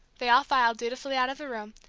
they all filed dutifully out of the room,